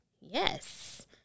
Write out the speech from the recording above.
Yes